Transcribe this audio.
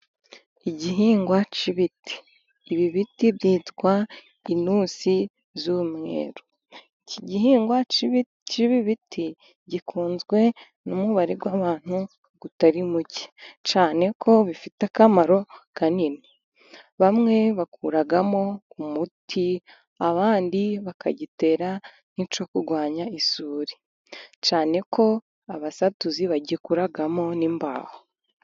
Igihingwa cy'ibiti, ibi biti byitwa inusi z'umweru, iki gihingwa cyib'ibiti gikunzwe n'umubare w'abantu utari muke, cyane ko bifite akamaro kanini, bamwe bakuramo umuti abandi bakagitera nk'icyo kurwanya isuri, cyane ko abasatuzi bagikoraramo n'imbaho.